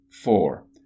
Four